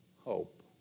hope